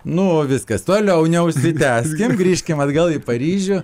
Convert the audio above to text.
nu viskas toliau neužsitęskim grįžkim atgal į paryžių